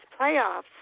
playoffs